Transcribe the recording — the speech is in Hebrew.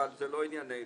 אבל, זה לא עניינו.